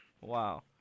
Wow